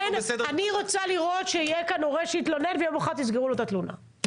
אני רוצה לראות שיהיה כאן הורה שיתלונן ויום אחד תסגרו לו את התלונה.